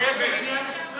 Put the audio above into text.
חבר הכנסת כבל.